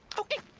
okay.